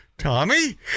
Tommy